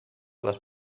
les